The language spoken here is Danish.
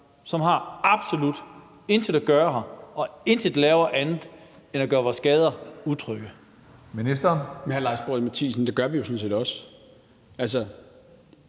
som absolut intet har at gøre her, og som intet andet laver end at gøre vores gader utrygge?